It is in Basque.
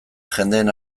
jendeen